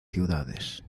ciudades